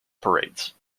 parades